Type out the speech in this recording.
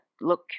look